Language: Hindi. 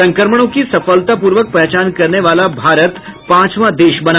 संक्रमणों की सफलतापूर्वक पहचान करने वाला भारत पांचवां देश बना